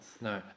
No